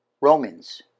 Romans